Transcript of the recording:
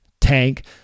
tank